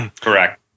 Correct